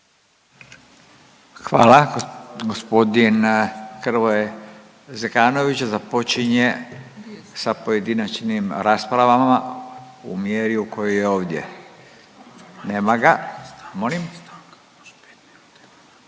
Hvala. Gospodin Hrvoje Zekanović započinje sa pojedinačnim raspravama u mjeri u kojoj je ovdje, nema ga.